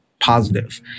positive